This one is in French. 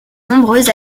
nombreuses